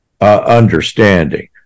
understanding